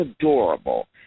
adorable